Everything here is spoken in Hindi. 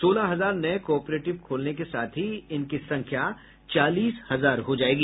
सोलह हजार नये कॉपरेटिव खोलने के साथ ही इनकी संख्या चालीस हजार हो जायेगी